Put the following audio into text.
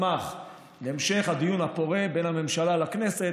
כמובן נשמח להמשך הדיון הפורה בין הממשלה לכנסת